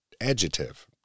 adjective